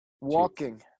Walking